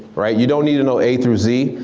right? you don't need to know a through z.